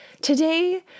today